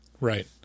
Right